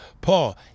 Paul